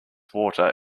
water